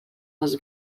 les